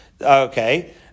Okay